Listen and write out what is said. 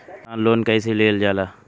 किसान लोन कईसे लेल जाला?